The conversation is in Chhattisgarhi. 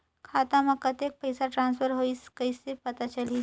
खाता म कतेक पइसा ट्रांसफर होईस कइसे पता चलही?